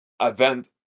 event